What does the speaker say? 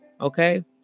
okay